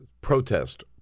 protest